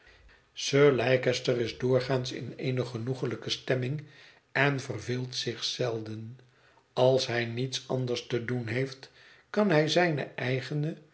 sir leicester is doorgaans in eene genoeglijke stemming en verveelt zich zelden als hij niets anders te doen heeft kan hij zijne